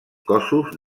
cossos